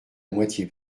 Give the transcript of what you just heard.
moitié